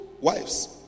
wives